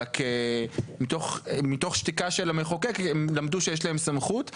אלא מתוך שתיקה של המחוקק הם למדו שיש להם סמכות.